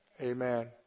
Amen